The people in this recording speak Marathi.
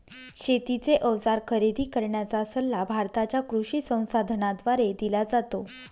शेतीचे अवजार खरेदी करण्याचा सल्ला भारताच्या कृषी संसाधनाद्वारे दिला जातो